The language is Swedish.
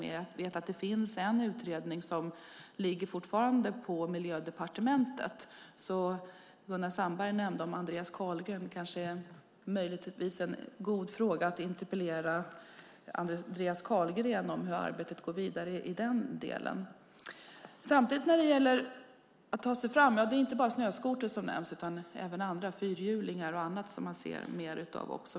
Jag vet att en utredning fortfarande ligger hos Miljödepartementet. Gunnar Sandberg nämnde Andreas Carlgren. Möjligen är det en god idé att interpellera Andreas Carlgren om hur arbetet i den delen går vidare. När det gäller att ta sig fram är det inte bara snöskotern utan också fyrhjulingar exempelvis som man nu ser fler av.